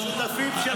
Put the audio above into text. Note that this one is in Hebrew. הם שותפים שלך.